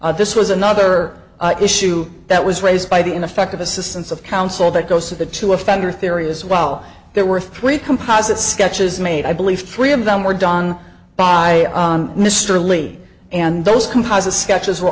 witness this was another issue that was raised by the ineffective assistance of counsel that goes to the two offender theory as well there were three composite sketches made i believe three of them were done by mr lee and those composite sketches were